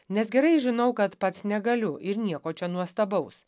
nes gerai žinau kad pats negaliu ir nieko čia nuostabaus